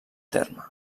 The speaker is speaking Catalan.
terme